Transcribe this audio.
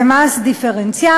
זה מס דיפרנציאלי,